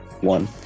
one